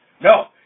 no